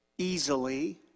easily